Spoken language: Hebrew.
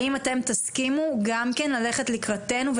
האם אתם תסכימו גם כן ללכת לקראתנו,